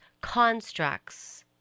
constructs